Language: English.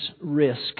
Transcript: risk